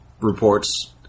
reports